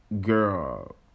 girl